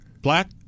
black